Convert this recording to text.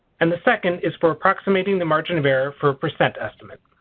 and the second is for approximating the margin of error for a percent estimate.